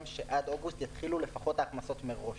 הייתה שעד אוגוסט יתחילו לפחות ההכנסות מראש.